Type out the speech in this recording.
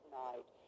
night